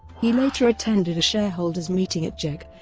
he later attended a shareholders' meeting at gec,